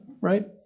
right